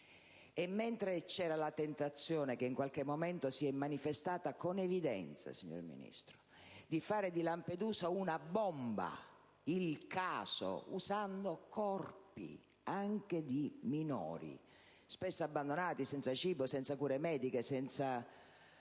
E mentre c'era la tentazione, che in qualche momento si è manifestata con evidenza, signor Ministro, di fare di Lampedusa una bomba, il caso, usando corpi anche di minori, spesso abbandonati, senza cibo, senza cure mediche, senza